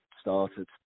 started